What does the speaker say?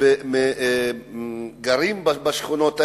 שגרים בשכונות האלה,